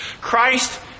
Christ